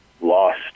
lost